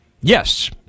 Yes